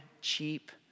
cheap